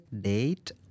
date